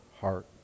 heart